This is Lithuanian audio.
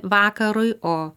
vakarui o